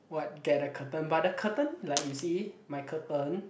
what get a curtain but the curtain like you see my curtain